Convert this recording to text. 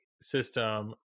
system